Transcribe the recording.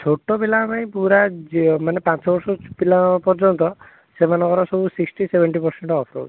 ଛୋଟ ପିଲାଙ୍କ ପାଇଁ ପୁରା ଯେ ମାନେ ପାଞ୍ଚ ବର୍ଷରୁ ପିଲାଙ୍କ ପର୍ଯ୍ୟନ୍ତ ସେମାନଙ୍କର ସବୁ ସିକ୍ସଟି ସେଭେଣ୍ଟି ପରସେଣ୍ଟ ଅଫ୍ ରହୁଛି